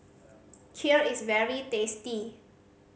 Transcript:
kheer is very tasty